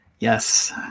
Yes